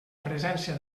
presència